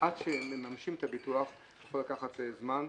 עד שהם מממשים את הביטוח זה יכול לקחת זמן.